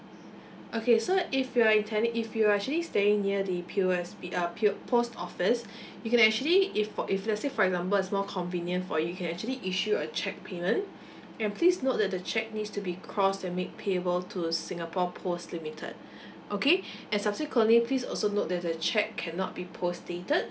okay so if you are intending if you are actually staying near the P_O_S_B uh P O post office you can actually if for if let's say for example is more convenient for you can actually issue a cheque payment and please note that the cheque needs to be crossed and made payable to singapore post limited okay and subsequently please also note that the cheque cannot be post dated